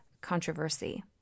Controversy